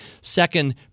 second